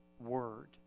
word